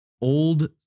old